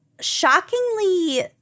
shockingly